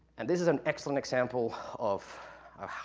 and this is an excellent example of a